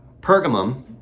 Pergamum